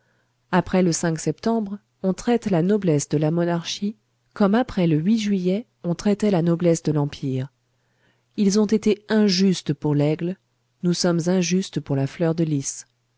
après le septembre on traite la noblesse de la monarchie comme après le juillet on traitait la noblesse de l'empire ils ont été injustes pour l'aigle nous sommes injustes pour la fleur de lys